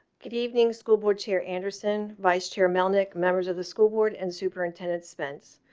good evening school board chair anderson vice chair, melnick members of the school board and superintendent spence.